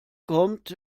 kommt